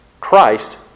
Christ